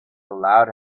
allowed